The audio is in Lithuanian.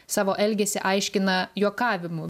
savo elgesį aiškina juokavimu